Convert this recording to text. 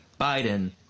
Biden